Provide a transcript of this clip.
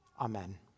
Amen